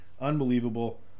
unbelievable